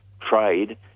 trade